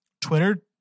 Twitter